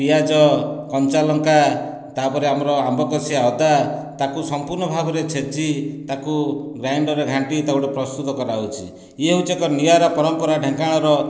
ପିଆଜ କଞ୍ଚା ଲଙ୍କା ତା'ପରେ ଆମର ଆମ୍ବକଷି ଅଦା ତାକୁ ସମ୍ପୂର୍ଣ୍ଣ ଭାବରେ ଛେଚି ତାକୁ ଗ୍ରାଇଣ୍ଡରରେ ଘାଣ୍ଟି ତାକୁ ପ୍ରସ୍ତୁତ କରାଯାଉଛି ୟେ ହେଉଛି ଏକ ନିଆରା ପରମ୍ପରା ଢେଙ୍କାନାଳର